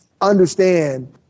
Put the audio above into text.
understand